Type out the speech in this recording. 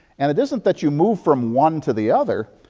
and it isn't that you move from one to the other.